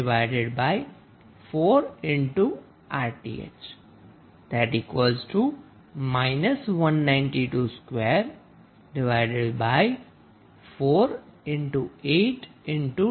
p VTh24RTh 192248103 1